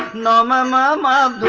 la la um la um la but